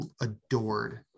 adored